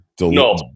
No